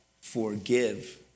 Forgive